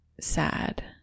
sad